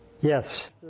Yes